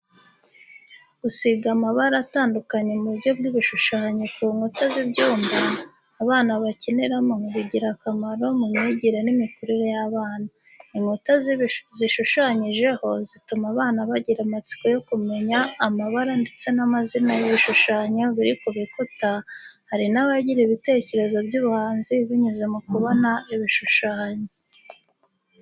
Gusiga amabara atandukanye mu buryo bw'ibishushanyo ku nkuta z'ibyumba, abana bakiniramo bigira akamaro mu myigire n'imikurire y'abana. Inkuta zishushyanyijeho zituma abana bagira amatsiko yo kumenya amabara ndetse n'amazina y'ibishushanyo biri ku bikuta, hari n'abagira ibitekerezo by'ubuhanzi binyuze mu kubona ibishushanyo.